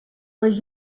les